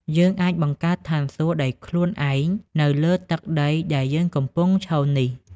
យើងអាចបង្កើត "ឋានសួគ៌" ដោយខ្លួនឯង នៅលើទឹកដីដែលយើងកំពុងឈរនេះ។